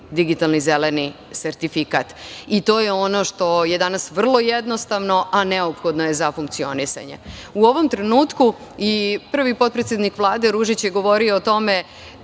digitalni zeleni sertifikat. To je ono što je danas vrlo jednostavno, a neophodno je za funkcionisanje.U ovom trenutku, i prvi potpredsednik Vlade Ružić je govorio o tome